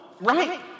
right